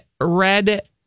red